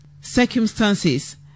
circumstances